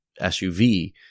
SUV